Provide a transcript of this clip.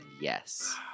yes